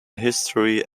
history